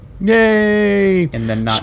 Yay